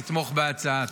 אני קורא לכולם לתמוך בהצעה.